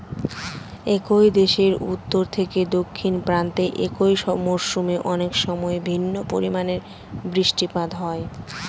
একই দেশের উত্তর থেকে দক্ষিণ প্রান্তে একই মরশুমে অনেকসময় ভিন্ন পরিমানের বৃষ্টিপাত হয়